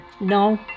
No